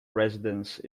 residence